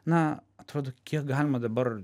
na atrodo kiek galima dabar